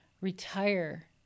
retire